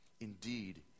Indeed